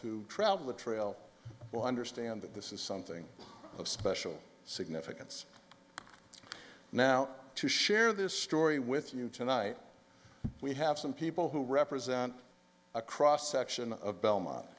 who travel the trail well understand that this is something of special significance now to share this story with you tonight we have some people who represent a cross section of belmont